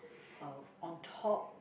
uh on top